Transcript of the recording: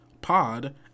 pod